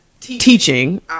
teaching